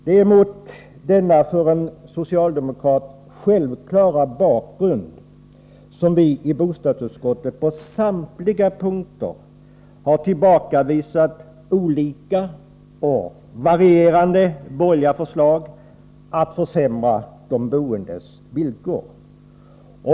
Det är mot denna för en socialdemokrat självklara bakgrund som vi i bostadsutskottet på samtliga punkter har tillbakavisat olika varierande borgerliga förslag om att försämra de boendes villkor.